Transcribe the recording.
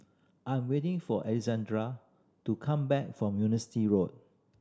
I'm waiting for to come back from Road